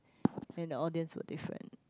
and the audience were different